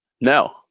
No